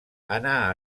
anà